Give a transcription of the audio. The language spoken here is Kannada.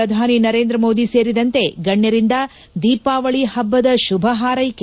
ಪ್ರಧಾನಿ ನರೇಂದ್ರ ಮೋದಿ ಸೇರಿದಂತೆ ಗಣ್ಣರಿಂದ ದೀಪಾವಳಿ ಹಬ್ಲದ ಶುಭ ಹಾರ್ನೆಕೆ